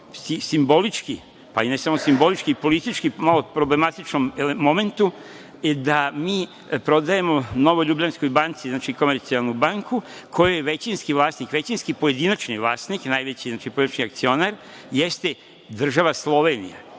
simboličkom, pa i ne samo simboličkom, i političkom problematičnom momentu da mi prodajemo Novoj ljubljanskoj banci Komercijalnu banku, u kojoj je većinski vlasnik, većinski pojedinačni vlasnik, znači, najveći akcionar, jeste država Slovenija.